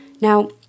Now